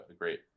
great